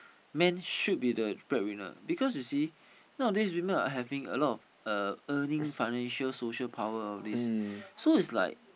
men should be the bread winner because you see nowadays we're not having a lot of earning financial and social power and all this